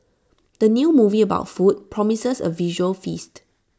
the new movie about food promises A visual feast